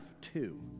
two